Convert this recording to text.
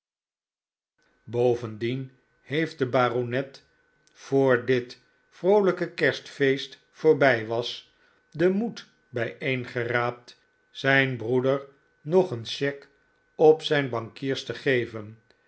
bovendien heeft de baronet voor dit vroolijke kerstfeest voorbij was den moed bijeengeraapt zijn broeder nog een cheque op zijn bankiers te geven